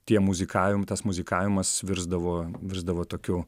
tie muzikavim tas muzikavimas virsdavo virsdavo tokiu